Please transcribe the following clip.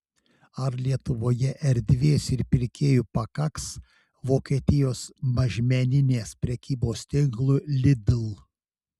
ar lietuvoje erdvės ir pirkėjų pakaks vokietijos mažmeninės prekybos tinklui lidl